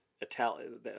Italian